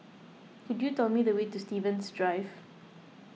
could you tell me the way to Stevens Drive